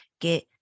get